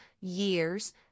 years